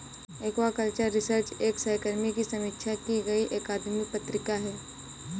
aquaculture research एक सहकर्मी की समीक्षा की गई अकादमिक पत्रिका है